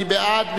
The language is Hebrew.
מי בעד?